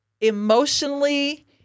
emotionally